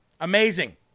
Amazing